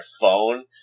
phone